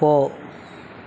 போ